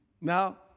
Now